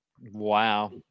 Wow